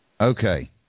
Okay